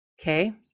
Okay